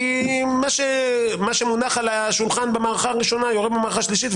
כי מה שמונח על השולחן במערכה הראשונה יורה במערכה השלישית,